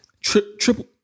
Triple